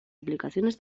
aplicaciones